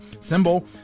symbol